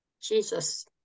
Jesus